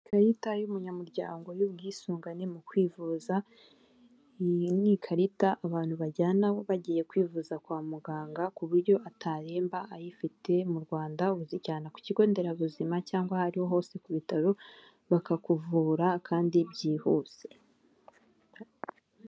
Ikarita y'umunyamuryango y'ubwisungane mu kwivuza, iyi ni ikarita abantu bajyana bagiye kwivuza kwa muganga ku buryo ataremba ayifite mu Rwanda uzijyana ku kigo nderabuzima cyangwa ariho hose ku bitaro bakakuvura kandi byihuse.